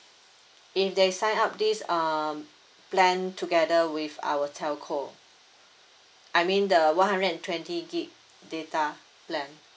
if they sign up this um plan together with our telco I mean the one hundred and twenty gigabyte data plan